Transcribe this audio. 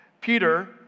Peter